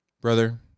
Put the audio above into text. Brother